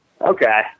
Okay